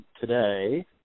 today